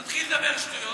הוא מתחיל לדבר שטויות,